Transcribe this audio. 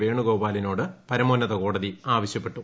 വേണുഗോപാലിനോട് പരമോന്നത കോടതി ആവശ്യപ്പെട്ടു